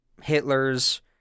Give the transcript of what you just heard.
Hitler's